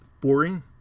boring